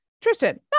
Tristan